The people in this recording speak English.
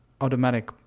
automatic